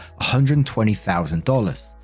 $120,000